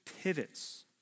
pivots